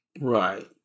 Right